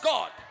God